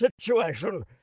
situation